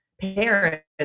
parents